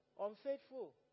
Unfaithful